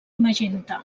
magenta